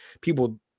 people